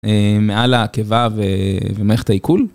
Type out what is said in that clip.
מעל הקיבה ומערכת העיכול.